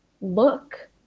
look